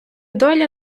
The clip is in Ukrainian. доля